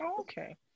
okay